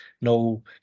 no